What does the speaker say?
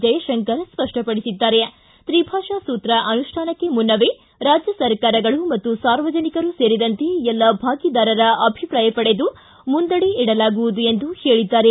ಜಯಶಂಕರ ಸ್ಪಷ್ಟಪಡಿಸಿದ್ದಾರೆ ತ್ರಿಭಾಷಾ ಸೂತ್ರ ಅನುಷ್ಟಾನಕ್ಕೆ ಮುನ್ನ ರಾಜ್ಯ ಸರ್ಕಾರಗಳು ಮತ್ತು ಸಾರ್ವಜನಿಕರು ಸೇರಿದಂತೆ ಎಲ್ಲ ಭಾಗಿದಾರರ ಅಭಿಪ್ರಾಯಪಡೆದು ಮುಂದಡಿ ಇಡಲಾಗುವುದು ಎಂದು ಹೇಳಿದ್ದಾರೆ